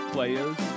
Players